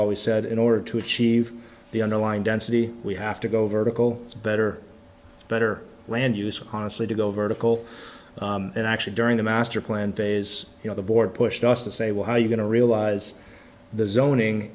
always said in order to achieve the underlying density we have to go vertical it's better better land use honestly to go vertical and actually during the masterplan phase you know the board pushed us to say well how are you going to realize the zoning